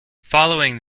following